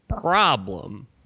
problem